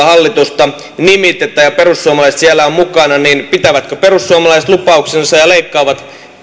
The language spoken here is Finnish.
hallitusta nimitetään ja perussuomalaiset siellä ovat mukana niin pitävätkö perussuomalaiset lupauksensa ja leikkaavat